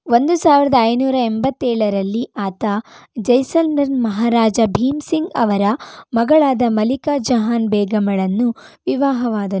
ಒಂದು ಸಾವಿರದ ಐನೂರ ಎಂಬತ್ತೇಳರಲ್ಲಿ ಆತ ಜೈಸಲ್ಮೆರ್ ಮಹಾರಾಜ ಭೀಮ್ ಸಿಂಗ್ ಅವರ ಮಗಳಾದ ಮಲಿಕಾ ಜಹಾನ್ ಬೇಗಂಳನ್ನು ವಿವಾಹವಾದನು